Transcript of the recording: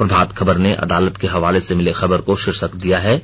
प्रभात खबर ने अदालत के हवाले से मिली खबर को शीर्षक दिया है